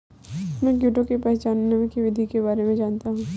मैं कीटों को पहचानने की विधि के बारे में जनता हूँ